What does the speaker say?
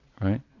right